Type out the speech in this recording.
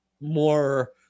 more